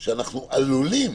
אנחנו עלולים